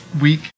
week